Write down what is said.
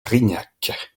rignac